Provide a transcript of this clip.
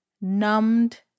numbed